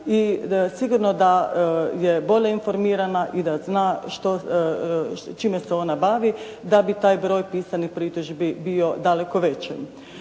i sigurno da je bolje informirana i da zna čime se ona bavi da bi taj broj pisanih pritužbi bio u daleko većem.